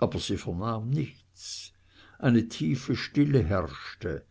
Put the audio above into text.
aber sie vernahm nichts eine tiefe stille herrschte